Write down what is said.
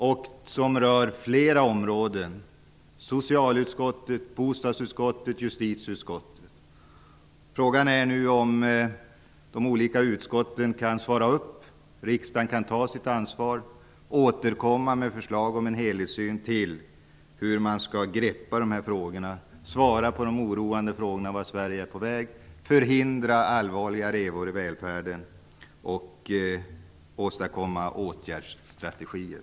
Detta rör flera områden, det rör socialutskottets, bostadsutskottets och justitieutskottets område. Frågan är om de olika utskotten kan svara upp, om riksdagen kan ta sitt ansvar och återkomma med en helhetssyn på hur de här frågorna skall greppas, ge ett svar på den oroande frågan om vart Sverige är på väg, förhindra allvarliga revor i välfärden och åstadkomma åtgärdsstrategier.